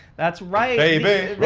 that's right baby!